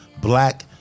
black